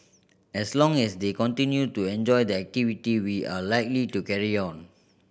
as long as they continue to enjoy the activity we are likely to carry on